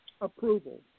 approval